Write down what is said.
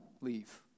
Leave